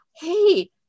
hey